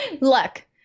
Luck